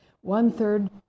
one-third